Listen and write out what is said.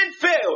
fail